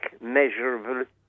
measurable